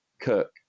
Cook